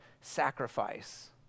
sacrifice